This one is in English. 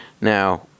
Now